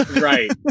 right